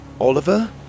Oliver